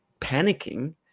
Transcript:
panicking